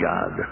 God